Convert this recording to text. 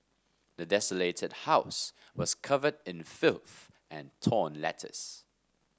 the desolated house was covered in filth and torn letters